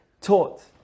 taught